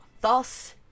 thus